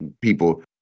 people